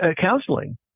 counseling